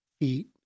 feet